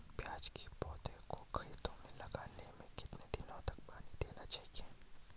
प्याज़ की पौध को खेतों में लगाने में कितने दिन तक पानी देना चाहिए?